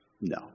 No